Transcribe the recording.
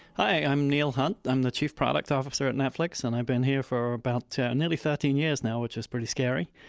hi i'm neal hunt, i'm the chief product officer at netflix and i've been here for about nearly thirteen years now, which is pretty scary.